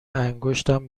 انگشتم